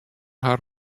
har